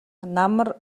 намар